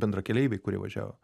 bendrakeleiviai kurie važiavo